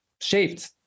shaped